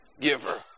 giver